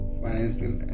financial